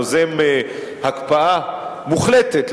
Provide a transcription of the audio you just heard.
יוזם הקפאה מוחלטת,